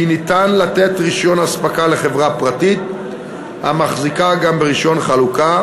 כי ניתן לתת רישיון אספקה לחברה פרטית המחזיקה גם ברישיון חלוקה,